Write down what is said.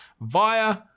via